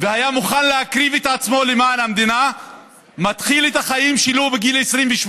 והיה מוכן להקריב את עצמו למען המדינה מתחיל את החיים שלו בגיל 22,